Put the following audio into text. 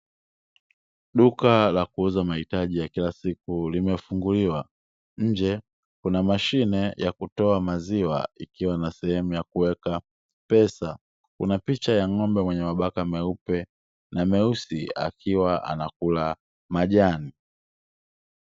Duka la kuuza mahitaji ya kila siku limefunguliwa, nje kuna mashine ya kutoa maziwa, ikiwa na sehemu ya kuweka pesa. Kuna picha ya ng'ombe mwenye mabaka meupe na meusi akiwa anakula majani.